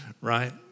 right